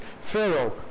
Pharaoh